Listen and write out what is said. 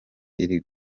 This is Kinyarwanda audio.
iri